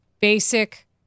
basic